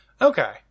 Okay